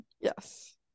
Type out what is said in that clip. Yes